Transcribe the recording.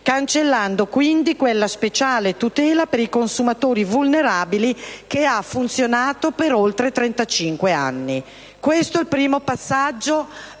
cancellando quindi quella speciale tutela per i consumatori vulnerabili che ha funzionato per oltre 35 anni. Questo è il primo elemento